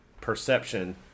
perception